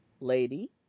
lady